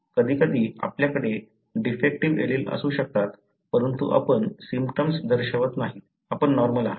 कधीकधी आपल्याकडे defective allele असू शकतात परंतु आपण सिम्पटम्स दर्शवत नाही आपण नॉर्मल आहात